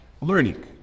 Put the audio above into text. learning